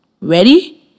Ready